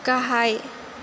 गाहाय